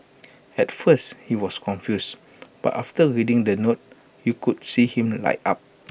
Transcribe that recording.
at first he was confused but after reading the note you could see him light up